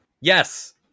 Yes